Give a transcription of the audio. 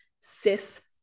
cis